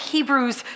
Hebrews